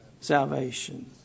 salvation